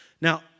Now